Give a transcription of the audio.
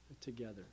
together